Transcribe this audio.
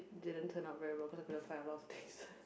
didn't turn up very well cause I am gonna to find a lot of things